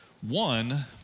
One